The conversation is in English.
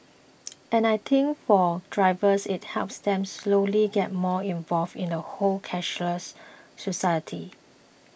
and I think for drivers it helps them slowly get more involved in the whole cashless society